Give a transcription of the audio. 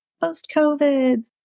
Post-COVID